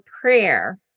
prayer